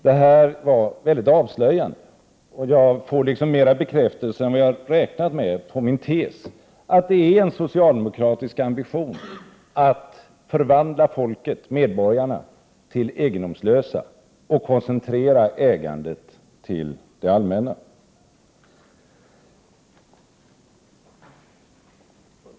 Detta var väldigt avslöjande, och jag får mer än väntat bekräftelse på min tes att det är en socialdemokratisk ambition att förvandla folket, medborgarna, till egendomslösa och koncentrera ägandet till det allmänna.